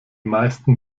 meisten